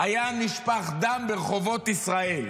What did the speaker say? היה נשפך דם ברחובות ישראל,